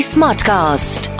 Smartcast